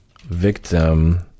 victim